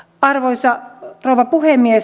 arvoisa rouva puhemies